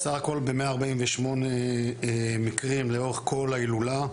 בסך הכול ב-148 מקרים לאורך כל ההילולה: